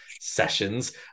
sessions